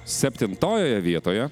septintojoje vietoje